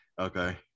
Okay